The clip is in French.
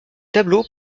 tableaux